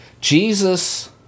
Jesus